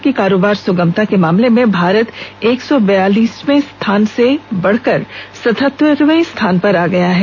उन्होंने कहा कि कारोबार सुगमता के मामले में भारत एक सौ बयालिसवें स्थान से बढ़कर सतहत्तरवें स्थान पर आ गया है